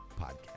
podcast